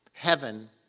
Heaven